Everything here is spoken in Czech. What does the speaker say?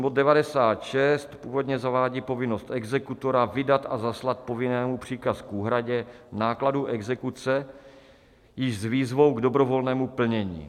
Bod 96 původně zavádí povinnost exekutora vydat a zaslat povinnému příkaz k úhradě nákladů exekuce i s výzvou k dobrovolnému plnění.